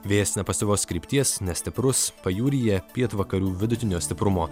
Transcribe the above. vėjas nepastovios krypties nestiprus pajūryje pietvakarių vidutinio stiprumo